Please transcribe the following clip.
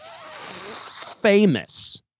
famous